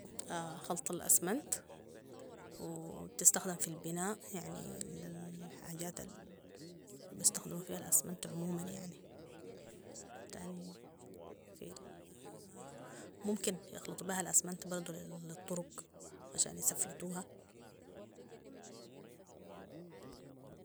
- خلط الاسمنت وتستخدم في البناء يعني الحاجات البيستخدمو فيها الأسمنت عموماً يعني تاني في ممكن يخلطو بيها الاسمنت برضو للطرق عشان يسفلتوها